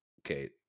okay